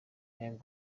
young